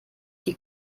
die